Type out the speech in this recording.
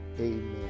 Amen